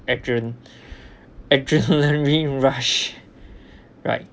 adren~ adrenaline rush right